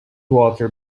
walter